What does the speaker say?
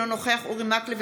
אינו נוכח אורי מקלב,